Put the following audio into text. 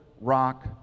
rock